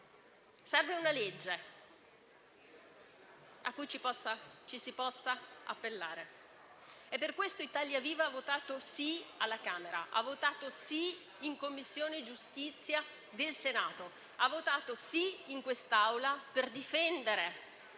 Serve una legge a cui ci si possa appellare. Per questo Italia Viva ha votato «sì» alla Camera, ha votato «sì» in Commissione giustizia del Senato, ha votato «sì» in quest'Aula per difendere